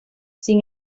sin